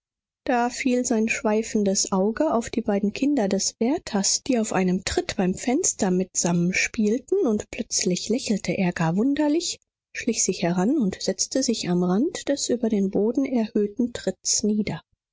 da fiel sein schweifendes auge auf die beiden kinder des wärters die auf einem tritt beim fenster mitsammen spielten und plötzlich lächelte er gar wunderlich schlich sich heran und setzte sich am rand des über den boden erhöhten tritts nieder